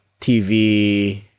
TV